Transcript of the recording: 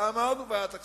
ואמרנו בוועדת הכספים: